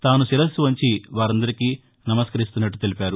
తాను శిరస్సు వంచి వారందరికీ నమస్కరిస్తున్నట్ల తెలిపారు